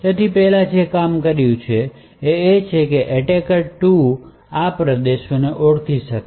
તેથી પહેલું કામ જે કર્યું છે તે છે કે એટેકર 2 પ્રદેશોને ઓળખી શકશે